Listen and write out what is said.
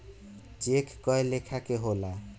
check कए लेखा के होला